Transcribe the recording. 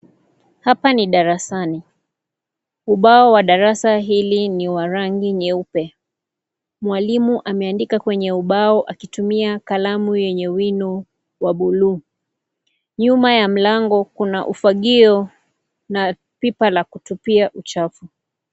Hapa ni darasani, ubao wa darasa hili ni wa rangi nyeupe, mwalimu ameandika kwenye ubao akitumia kalamu yenye wino wa buluu nyuma ya mlango kuna ufagio na pipa la kutupia uchafu.